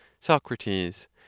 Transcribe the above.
Socrates